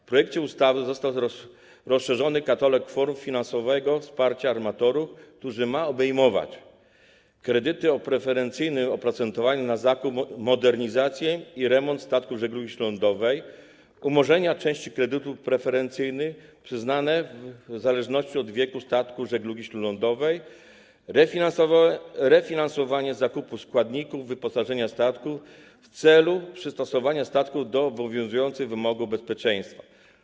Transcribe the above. W projektowanej ustawie został rozszerzony katalog form finansowego wsparcia armatorów, który ma obejmować: kredyty o preferencyjnym oprocentowaniu na zakup, modernizację i remont statków żeglugi śródlądowej; umorzenia części kredytów preferencyjnych, przyznawane w zależności od wieku statków żeglugi śródlądowej; refinansowanie zakupu składników wyposażenia statków w celu przystosowania statków do obowiązujących wymogów bezpieczeństwa.